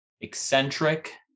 eccentric